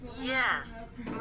Yes